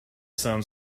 sun